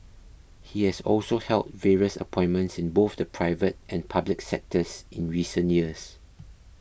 he has also held various appointments in both the private and public sectors in recent years